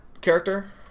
character